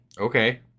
Okay